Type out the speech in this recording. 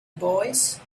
boys